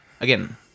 again